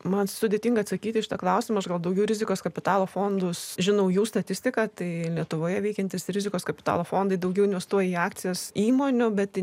man sudėtinga atsakyti į šitą klausimą gal daugiau rizikos kapitalo fondus žinau jų statistiką tai lietuvoje veikiantys rizikos kapitalo fondai daugiau investuoja į akcijas įmonių bet